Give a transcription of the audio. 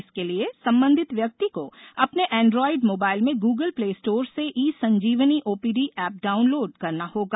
इसके लिए संबंधित व्यक्ति को अपने एंड्रायड मोबाईल में गूगल प्ले स्टोर से e Sanjeevani OPD app download करना होगा